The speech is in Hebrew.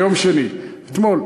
ביום שני, אתמול.